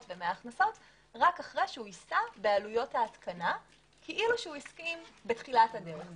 ומההכנסות רק אחרי שיישא בעלויות ההתקנה כאילו שהסכים בתחילת הדרך.